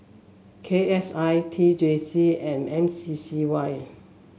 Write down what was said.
K S I T J C and M C C Y